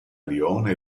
lione